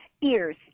Ears